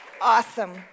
Awesome